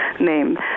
name